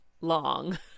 long